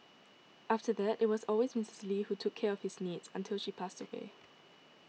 after that it was always Mistress Lee who took care of his needs until she passed away